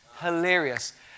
Hilarious